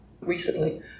recently